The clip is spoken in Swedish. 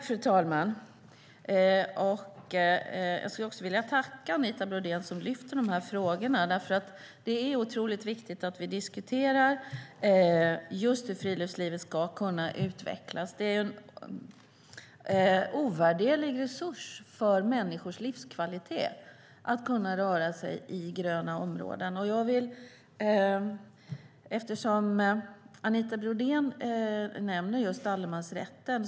Fru talman! Jag vill tacka Anita Brodén som lyfter upp de här frågorna. Det är otroligt viktigt att vi diskuterar hur friluftslivet ska kunna utvecklas. Det är en ovärderlig resurs för människors livskvalitet att kunna röra sig i gröna områden. Anita Brodén nämner allemansrätten.